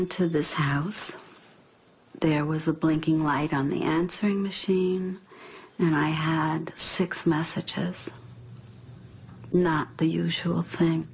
into this house there was a blinking light on the answering machine and i had six mass attests not the usual thing